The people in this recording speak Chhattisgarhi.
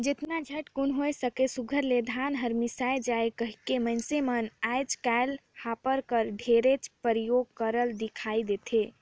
जेतना झटकुन होए सके सुग्घर ले धान हर मिसाए जाए कहिके मइनसे मन आएज काएल हापर कर ढेरे परियोग करत दिखई देथे